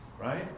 Right